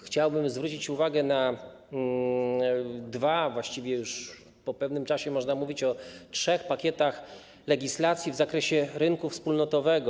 Chciałbym zwrócić uwagę na dwa - a właściwie już po pewnym czasie można mówić o trzech - pakiety legislacji w zakresie rynku wspólnotowego.